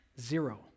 Zero